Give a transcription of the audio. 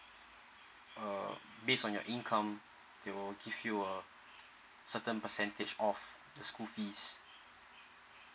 err based on your income they will give you a certain percentage off the school fees